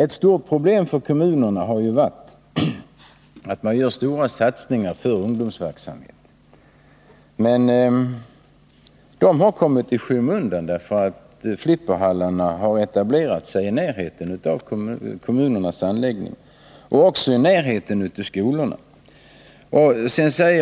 Ett stort problem för kommunerna har varit att de satsningar som de gjort på ungdomsverksamheten har kommit i skymundan därför att flipperhallar na har etablerat sig i närheten av kommunernas anläggningar och också i närheten av skolorna.